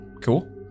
Cool